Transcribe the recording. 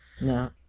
No